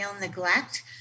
neglect